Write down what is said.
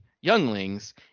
Younglings